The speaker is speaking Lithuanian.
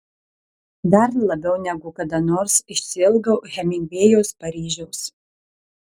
dar labiau negu kada nors išsiilgau hemingvėjaus paryžiaus